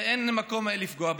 ואין מקום לפגוע בהם.